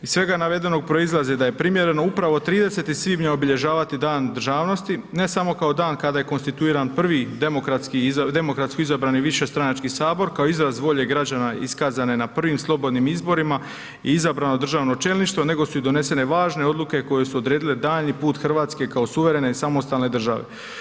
Iz svega navedenog proizlazi da je primjereno upravo 30. svibnja obilježavati Dan državnosti, ne samo kao dan kada je konstituiran prvi demokratsko izabrani višestranački Sabor kao izraz volje građana iskazane na prvim slobodnim izborima i izabranog državnog čelništva, nego su donesene i važne odluke koje su odredile daljnji put Hrvatske kao suverene i samostalne države.